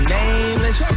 nameless